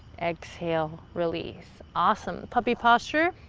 exhale, release. awesome. puppy posture,